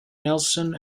nelson